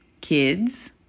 kids